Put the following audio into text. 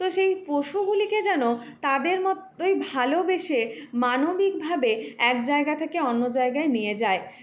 তো সেই পশুগুলিকে যেন তাদের মতোই ভালোবেসে মানবিকভাবে এক জায়গা থেকে অন্য জায়গায় নিয়ে যায়